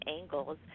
angles